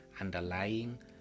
underlying